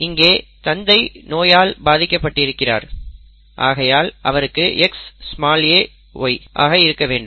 இங்கே தந்தை நோயால் பாதிக்கப்பட்டிருக்கிறார் ஆகையால் அவருக்கு XaY ஆக இருக்க வேண்டும்